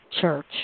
Church